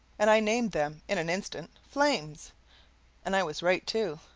and i named them in an instant flames and i was right, too,